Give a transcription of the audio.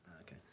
Okay